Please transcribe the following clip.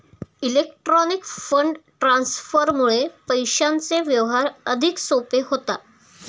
electronic fund ट्रान्सफरमुळे पैशांचे व्यवहार अधिक सोपे होतात